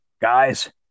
Guys